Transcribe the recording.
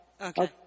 Okay